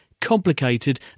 complicated